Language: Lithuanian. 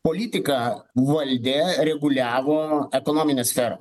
politiką valdė reguliavo ekonominė sfera